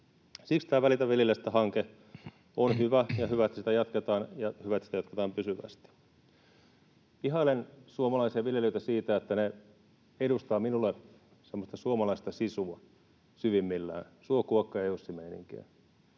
Siksi tämä Välitä viljelijästä ‑hanke on hyvä. Ja on hyvä, että sitä jatketaan, ja on hyvä, että sitä jatketaan pysyvästi. Ihailen suomalaisia viljelijöitä siitä, että he edustavat minulle semmoista suomalaista sisua syvimmillään — suo, kuokka ja Jussi ‑meininkiä.